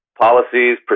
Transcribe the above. policies